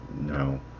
no